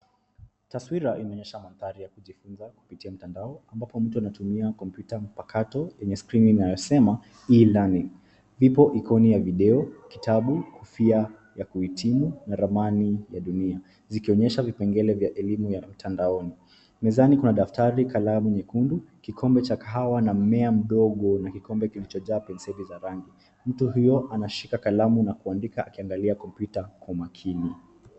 Taswira inaonyesha mandhari ya kujifunza kupitia mtandao ambapo mtu anatumia kompyuta mpakato yenye skrini inayosema e-learning . Ipo ikoni ya video, kitabu, kofia ya kuhitimu na ramani ya dunia, zikionyesha vipengele vya elimu ya mtandaoni. Mezani kuna daftari, kalamu nyekundu, kikombe cha kahawa na mmea mdogo na kikombe kilichojaa penseli za rangi. Mtu huyo anashika kalamu na kuandika akiangalia kompyuta kwa umakini.